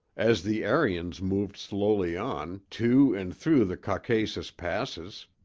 as the aryans moved slowly on, to and through the caucasus passes,